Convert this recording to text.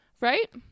right